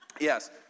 Yes